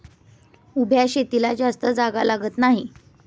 उभ्या शेतीला जास्त जागा लागत नाही